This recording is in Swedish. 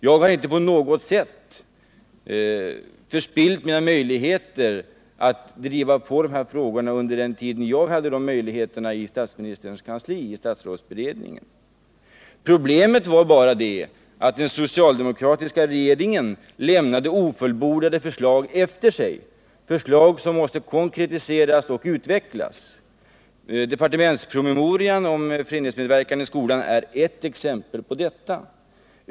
Jag har inte på något sätt förspillt mina möjligheter att driva på dessa frågor under den tid jag hade sådana möjligheter i statsministerns kansli och statsrådsberedningen. Problemet var bara att den socialdemokratiska regeringen lämnade ofullbordade förslag efter sig, förslag som måste konkretiseras och utvecklas. Departementspromemorian om föreningsmedverkan i skolan är ett exempel på detta.